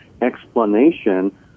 explanation